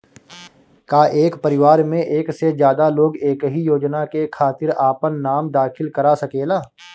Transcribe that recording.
का एक परिवार में एक से ज्यादा लोग एक ही योजना के खातिर आपन नाम दाखिल करा सकेला?